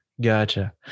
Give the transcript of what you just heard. Gotcha